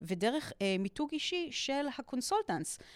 ודרך מיתוג אישי של הקונסולטנטס.